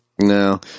No